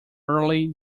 early